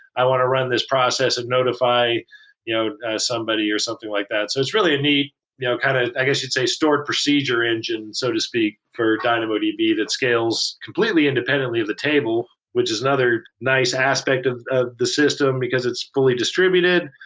i want to run this process of notify you know as somebody or something like that. so it's really a neat you know kind of i guess you'd say stored procedure engine so to speak for dynamodb that scales completely independently of the table, which is another nice aspect of ah the system, because it's fully distributed.